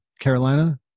Carolina